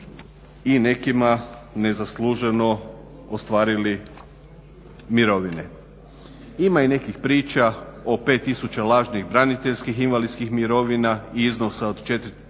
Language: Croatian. i nekima nezasluženo ostvarili mirovine. Ima i nekih priča o 5000 lažnih braniteljskih invalidskih mirovina i iznosa od 4,2